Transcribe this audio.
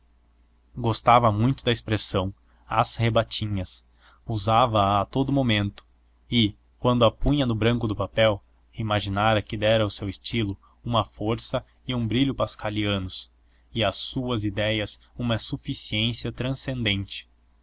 gostava muito da expressão às rebatinhas usava a a todo o momento e quando a punha no branco do papel imaginava que dera ao seu estilo uma força e um brilho pascalianos e às suas idéias uma suficiência transcendente